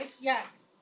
Yes